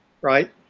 right